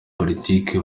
politiki